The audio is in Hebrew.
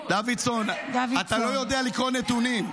דוידסון, אתה לא יודע לקרוא נתונים.